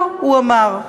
לא, הוא אמר.